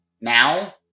Now